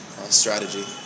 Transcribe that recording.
strategy